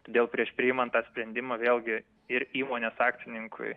todėl prieš priimant tą sprendimą vėlgi ir įmonės akcininkui